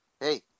Hey